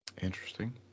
Interesting